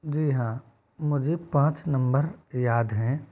जी हाँ मुझे पाँच नंबर याद हैं